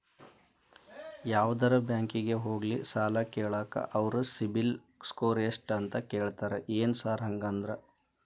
ಯಾವದರಾ ಬ್ಯಾಂಕಿಗೆ ಹೋಗ್ಲಿ ಸಾಲ ಕೇಳಾಕ ಅವ್ರ್ ಸಿಬಿಲ್ ಸ್ಕೋರ್ ಎಷ್ಟ ಅಂತಾ ಕೇಳ್ತಾರ ಏನ್ ಸಾರ್ ಹಂಗಂದ್ರ?